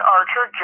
Archer